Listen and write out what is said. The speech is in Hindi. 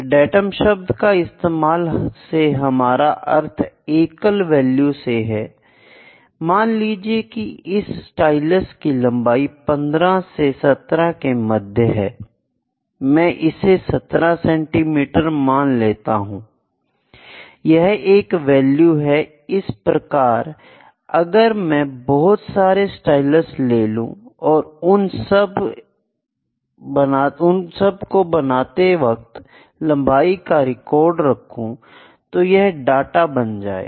डेटम शब्द का इस्तेमाल से हमारा अर्थ एकल वैल्यू से है मान लीजिए कि इस स्टाइलस की लंबाई 15 से 17 के मध्य है मैं इसे 17 सेंटीमीटर मान लेता हूं यह एक वैल्यू है इसी प्रकार अगर मैं बहुत सारे स्टाइलस ले लूं और उन सब बनाते वक्त लंबाई का रिकॉर्ड रखो तो यह डाटा बन जाएगा